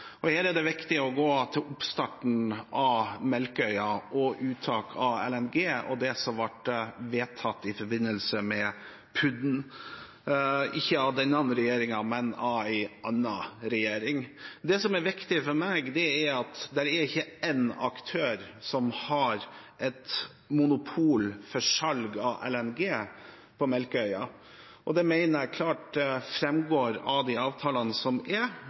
Her er det viktig å gå til oppstarten av Melkøya og uttak av LNG – og det som ble vedtatt i forbindelse med PUD-en, ikke av denne regjeringen, men av en annen regjering. Det som er viktig for meg, er at det ikke er én aktør som har monopol på salg av LNG på Melkøya, og det mener jeg klart framgår av de avtalene som er.